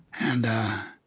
and